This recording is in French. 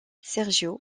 sergio